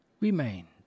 remained